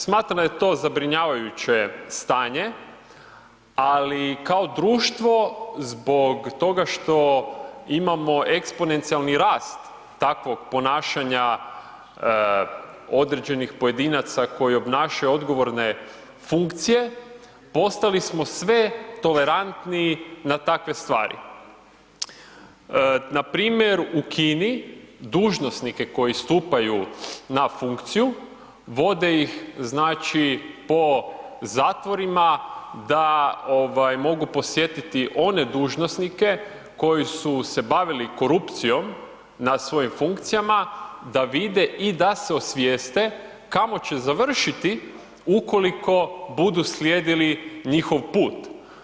Smatram da je to zabrinjavajuće stanje, ali kao društvo zbog toga što imamo eksponencijalni rast takvog ponašanja određenih pojedinaca koji obnašaju odgovorne funkcije postali smo sve tolerantniji na takve stvari, npr. u Kini dužnosnike koji stupaju na funkciju vode ih znači po zatvorima da ovaj mogu posjetiti one dužnosnike koji su se bavili korupcijom na svojim funkcijama da vide i da se osvijeste kamo će završiti ukoliko budu slijedili njihov put.